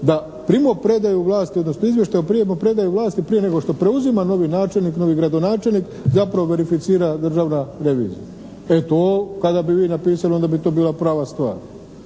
o prijemu i predaji vlasti prije nego što preuzima novi načelnik, novi gradonačelnik zapravo verificira državna revizija. Eto, kada bi vi ovo napisali onda bi to bila prava stvar,